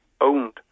owned